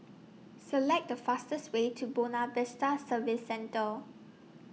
Select The fastest Way to Buona Vista Service Centre